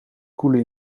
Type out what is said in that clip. koelen